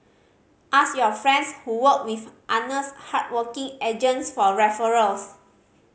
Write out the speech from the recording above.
ask your friends who worked with honest hardworking agents for referrals